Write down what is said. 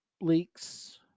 leaks